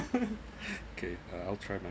okay uh I'll try my